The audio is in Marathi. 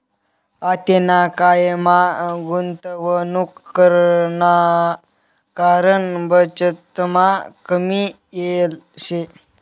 आतेना कायमा गुंतवणूक कराना कारण बचतमा कमी येल शे